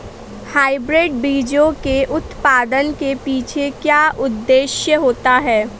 Hybrid बीजों के उत्पादन के पीछे क्या उद्देश्य होता है?